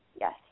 Yes